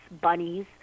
bunnies